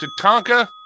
Tatanka